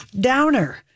Downer